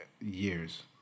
years